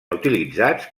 utilitzats